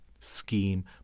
scheme